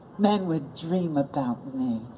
men would dream about me,